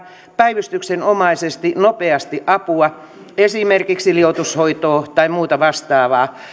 päivystyksenomaisesti nopeasti apua esimerkiksi liuotushoitoa tai muuta vastaavaa